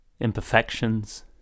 imperfections